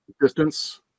Distance